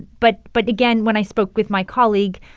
but but again, when i spoke with my colleague,